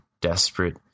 desperate